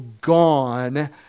gone